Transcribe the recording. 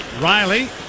Riley